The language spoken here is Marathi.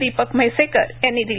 दीपक म्हैसेकर यांनी दिली